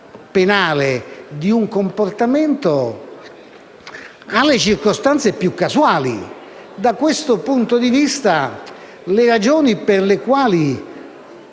di un comportamento alle circostanze più casuali. Da questo punto di vista, le ragioni per le quali